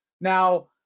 Now